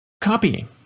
copying